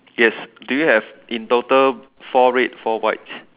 yes do you have in total four red four whites